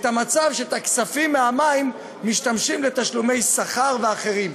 המצב שבכספים מהמים משתמשים לתשלומי שכר ולתשלומים אחרים,